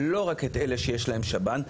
לא רק את אלה שיש להם שב"ן.